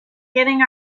getting